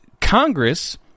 Congress